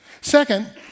Second